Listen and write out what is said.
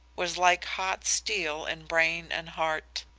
was like hot steel in brain and heart.